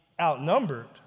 outnumbered